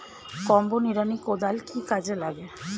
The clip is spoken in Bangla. কম্বো নিড়ানি কোদাল কি কাজে লাগে?